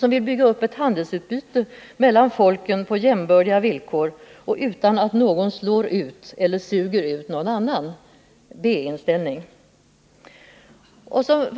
De vill bygga upp ett handelsutbyte mellan folken på jämbördiga villkor utan att någon slår ut eller suger ut någon annan — en B-inställning. 3.